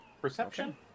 Perception